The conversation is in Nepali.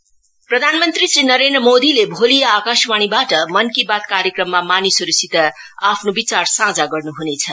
मनकी बात प्रधानमन्त्री श्री नरेन्द्र मोदीले भोलि आकाशवाणीवाट मनकी बात कार्यक्रममा मानिसहरुसित आफ्नो विचार साभा गर्नु हुनेछ